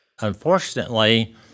Unfortunately